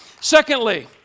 Secondly